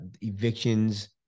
evictions